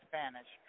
Spanish